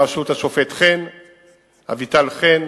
בראשות השופט אביטל חן,